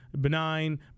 benign